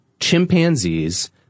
Chimpanzees